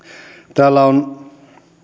täällä on